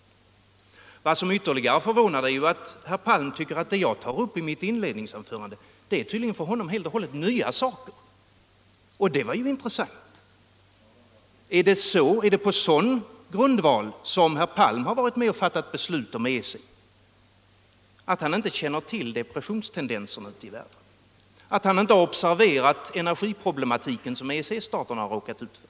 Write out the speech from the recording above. Vad som ytterligare förvånar är ju att herr Palm tycker att det jag tog upp i mitt första anförande är för honom helt och hållet nya saker. Det var intressant. Är det på sådan grundval som herr Palm har varit med och fattat beslut om EEC-samarbetet? Känner herr Palm inte till depressionstendenserna ute i världen? Har herr Palm inte observerat energiproblematiken som EEC-staterna har råkat ut för?